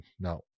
no